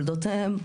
הבעיה שם זה חולדות?